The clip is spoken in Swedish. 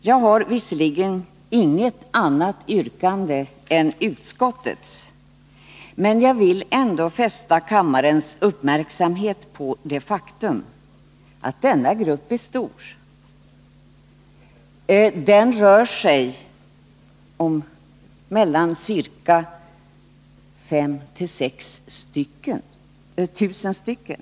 Jag har visserligen inget annat yrkande än utskottets. Men jag vill ändå fästa kammarens uppmärksamhet på det faktum att denna grupp är stor. Det rör sig om mellan 5 000 och 6 000 personer.